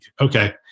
Okay